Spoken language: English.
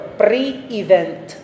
pre-event